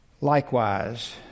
Likewise